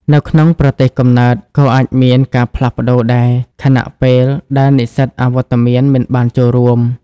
នៅក្នុងប្រទេសកំណើត ក៏អាចមានការផ្លាស់ប្តូរដែរ ខណៈពេលដែលនិស្សិតអវត្តមានមិនបានចូលរួម។